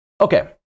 Okay